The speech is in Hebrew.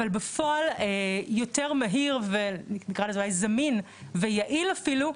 אבל בפועל, יותר מהיר ונקרא לזה זמין ויעיל אפילו,